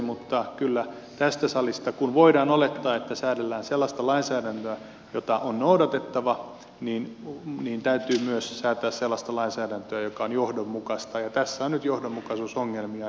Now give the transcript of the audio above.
mutta kyllä tässä salissa kun voidaan olettaa että säädellään sellaista lainsäädäntöä jota on noudatettava täytyy myös säätää sellaista lainsäädäntöä joka on johdonmukaista ja tässä on nyt johdonmukaisuusongelmia